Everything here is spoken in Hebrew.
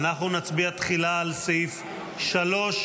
אנחנו נצביע תחילה על סעיף 3,